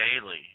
Daily